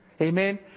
Amen